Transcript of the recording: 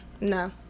No